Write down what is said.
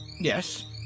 Yes